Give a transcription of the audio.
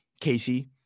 Casey